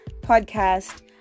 podcast